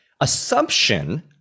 assumption